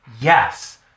yes